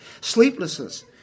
Sleeplessness